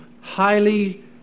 highly